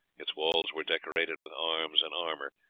its walls were decorated with arms and armour,